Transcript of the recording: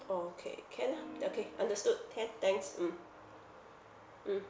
okay can ah okay understood K thanks mm mm